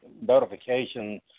notification